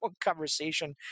conversation